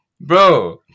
Bro